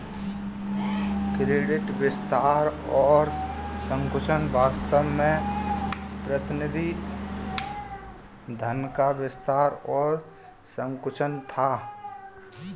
credit विस्तार और संकुचन वास्तव में प्रतिनिधि धन का विस्तार और संकुचन था